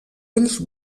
ulls